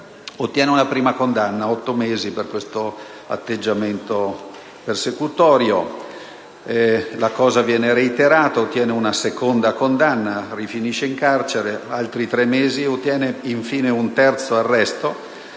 Ottiene una prima condanna a otto mesi per questo atteggiamento persecutorio. Il comportamento viene reiterato; ottiene una seconda condanna; finisce di nuovo in carcere per altri tre mesi; ottiene infine un terzo arresto